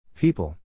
People